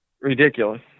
ridiculous